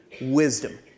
wisdom